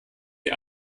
die